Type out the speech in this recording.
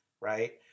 right